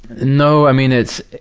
no, i mean it's,